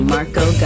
Marco